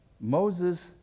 Moses